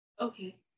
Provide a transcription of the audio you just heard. Okay